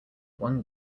one